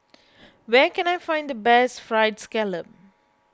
where can I find the best Fried Scallop